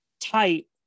tight